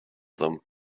them